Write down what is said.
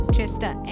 Chester